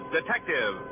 Detective